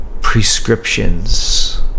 prescriptions